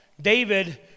David